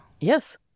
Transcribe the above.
Yes